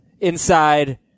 inside